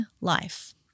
life